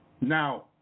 Now